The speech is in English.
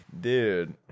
dude